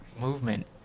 movement